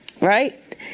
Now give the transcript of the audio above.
Right